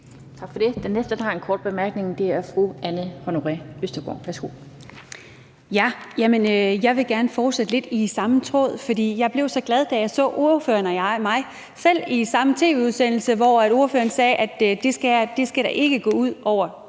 Tak for det. Den næste, der har en kort bemærkning, er fru Anne Honoré Østergaard. Værsgo. Kl. 19:19 Anne Honoré Østergaard (V): Jeg vil gerne fortsætte lidt i samme spor, for jeg blev så glad, da jeg så ordføreren og mig selv i samme tv-udsendelse, hvor ordføreren sagde, at det ikke skulle gå ud over